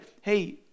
hey